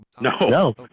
No